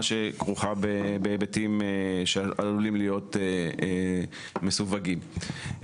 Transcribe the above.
שכרוכה בהיבטים שעלולים להיות מסווגים.